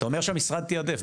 אתה אומר שהמשרד תיעדף,